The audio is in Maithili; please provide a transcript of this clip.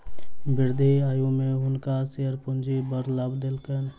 वृद्ध आयु में हुनका शेयर पूंजी बड़ लाभ देलकैन